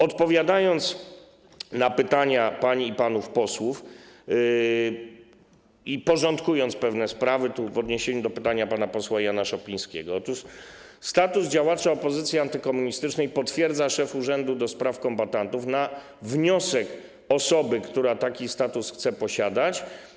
Odpowiadając na pytania pań i panów posłów i porządkując pewne sprawy, w odniesieniu do pytania pana posła Jana Szopińskiego chcę powiedzieć, że status działacza opozycji antykomunistycznej potwierdza szef urzędu do spraw kombatantów na wniosek osoby, która taki status chce posiadać.